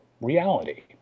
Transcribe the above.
reality